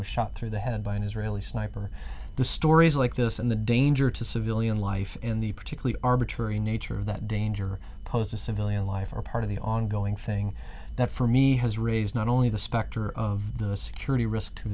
was shot through the head by an israeli sniper the stories like this and the danger to civilian life in the particularly arbitrary nature of that danger posed to civilian life are part of the ongoing thing that for me has raised not only the specter of a security risk to